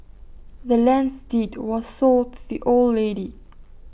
the land's deed was sold the old lady